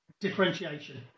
differentiation